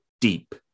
deep